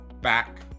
back